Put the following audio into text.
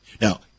Now